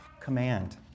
command